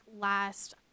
last